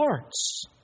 hearts